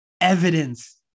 Evidence